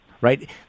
right